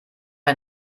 ist